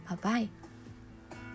Bye-bye